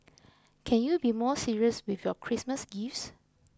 can you be more serious with your Christmas gifts